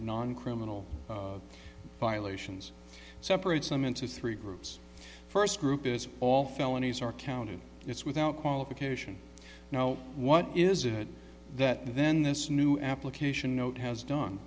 non criminal violations separates them into three groups first group is all felonies are counted it's without qualification now what is it that then this new application note has done